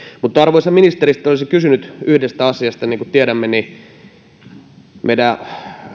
mutta arvoisa ministeri sitten olisin kysynyt yhdestä asiasta niin kuin tiedämme meidän